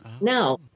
Now